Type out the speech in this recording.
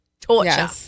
torture